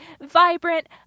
vibrant